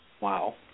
Wow